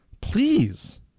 please